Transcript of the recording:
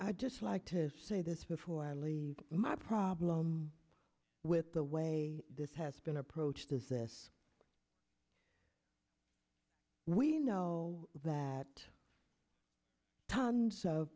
i just like to say this before i leave my problem with the way this has been approached is this we know that tons of